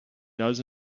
does